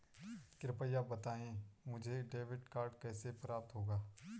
कृपया बताएँ मुझे डेबिट कार्ड कैसे प्राप्त होगा?